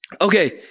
Okay